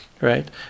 right